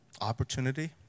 opportunity